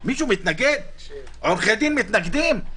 עורכי דין מתנגדים?